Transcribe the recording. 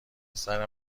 پسر